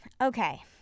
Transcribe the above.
Okay